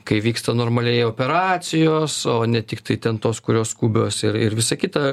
kai vyksta normaliai operacijos o ne tiktai ten tos kurios skubios ir ir visa kita